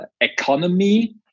economy